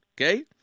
Okay